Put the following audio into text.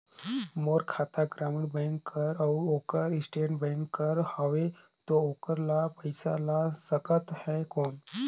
मोर खाता ग्रामीण बैंक कर अउ ओकर स्टेट बैंक कर हावेय तो ओकर ला पइसा जा सकत हे कौन?